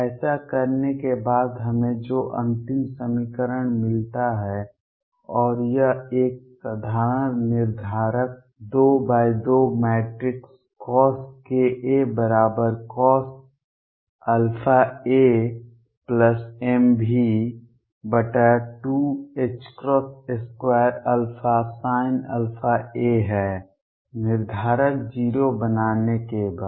ऐसा करने के बाद हमें जो अंतिम समीकरण मिलता है और यह एक साधारण निर्धारक दो बाय दो मैट्रिक्स CoskaCosαamV22Sinαa है निर्धारक 0 बनाने के बाद